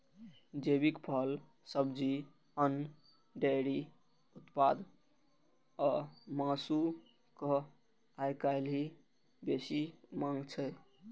जैविक फल, सब्जी, अन्न, डेयरी उत्पाद आ मासुक आइकाल्हि बेसी मांग छै